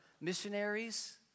missionaries